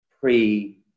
Pre